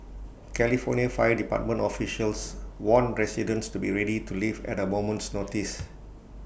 California fire department officials warned residents to be ready to leave at A moment's notice